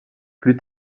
plus